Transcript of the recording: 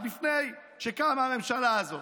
עוד לפני שקמה הממשלה הזאת,